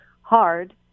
Hard